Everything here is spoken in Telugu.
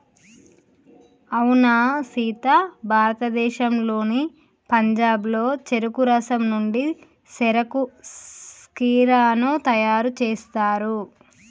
అవునా సీత భారతదేశంలోని పంజాబ్లో చెరుకు రసం నుండి సెరకు సిర్కాను తయారు సేస్తారు